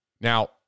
Now